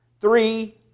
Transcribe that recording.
Three